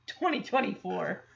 2024